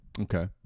Okay